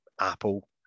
Apple